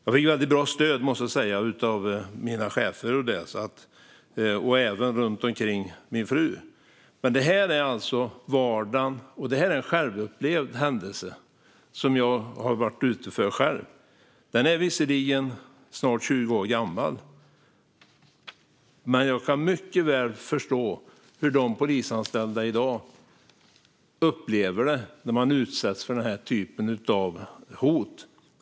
Jag fick bra stöd av mina chefer, och det gällde även min fru. Det här är en 20 år gammal händelse som jag har varit utsatt för, men jag kan mycket väl förstå hur polisanställda i dag upplever det när de utsätts för den typen av hot.